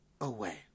away